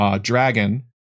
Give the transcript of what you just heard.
dragon